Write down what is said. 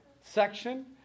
section